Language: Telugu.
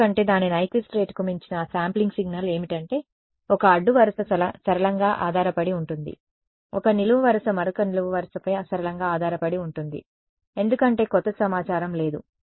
ఎందుకంటే దాని నైక్విస్ట్ రేట్కు మించిన ఆ శాంప్లింగ్ సిగ్నల్ ఏమిటంటే ఒక అడ్డు వరుస సరళంగా ఆధారపడి ఉంటుంది ఒక నిలువు వరుస మరొక నిలువు వరుసపై సరళంగా ఆధారపడి ఉంటుంది ఎందుకంటే కొత్త సమాచారం లేదు